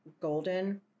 golden